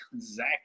Zach